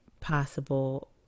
possible